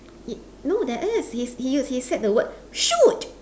y~ no there is he he he said the word shoot